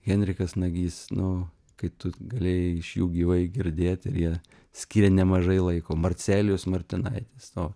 henrikas nagys nu kai tu galėjai iš jų gyvai girdėt ir jie skyrė nemažai laiko marcelijus martinaitis o